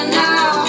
now